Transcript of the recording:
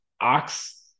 ox